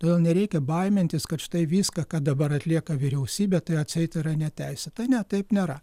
todėl nereikia baimintis kad štai viską ką dabar atlieka vyriausybė tai atseit yra neteisėta ne taip nėra